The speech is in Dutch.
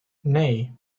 nee